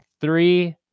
Three